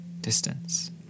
distance